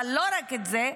אבל לא רק את זה,